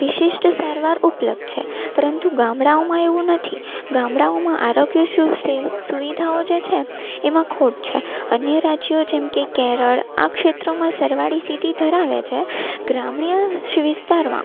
વિશિષ્ટ સારવાર ઉપલબ્ધ છે પરંતુ ગામડાઓમાં એવું નથી ગામડાઓમાં આરોગ્ય સુખ સુવિધાઓ જે છે એમાં ખોટ છે અન્ય રાજ્યો જેમકે કેરળ આ ક્ષેત્રમાં સરવાળી સ્થિતિ ધરાવે છે ગ્રામ્ય વિસ્તારમાં